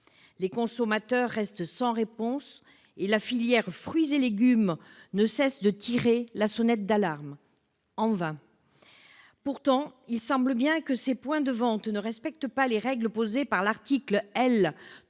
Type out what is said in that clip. Les consommateurs restent sans réponse et la filière fruits et légumes ne cesse de tirer la sonnette d'alarme. En vain ! Pourtant, il semble bien que ces points de vente ne respectent pas toutes les règles posées par l'article L.